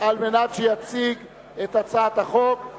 על מנת שיציג את הצעת החוק.